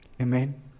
Amen